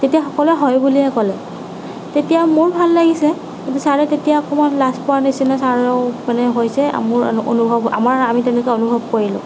তেতিয়া সকলোৱে হয় বুলিয়েই ক'লে তেতিয়া মোৰ ভাল লাগিছে কিন্তু ছাৰে তেতিয়া অকণমান লাজ পোৱাৰ নিচিনা ছাৰেও মানে হৈছে মোৰ আমাৰ তেনেকুৱা অনুভৱ কৰিলোঁ